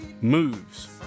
Moves